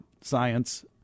science